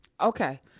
Okay